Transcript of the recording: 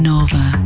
Nova